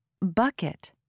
Bucket